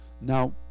Now